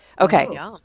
Okay